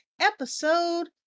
Episode